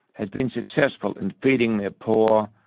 has been successful in feeding their poor,